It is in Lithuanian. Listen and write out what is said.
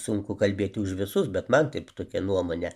sunku kalbėti už visus bet man taip tokia nuomonė